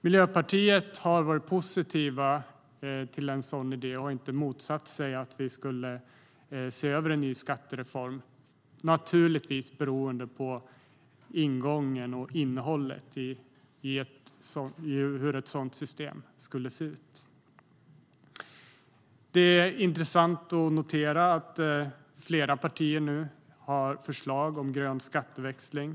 Miljöpartiet har varit positivt och inte motsatt sig att se över en ny skattereform, men det hela beror naturligtvis på ingången och innehållet i ett sådant system. Det är intressant att notera att flera partier nu har förslag om grön skatteväxling.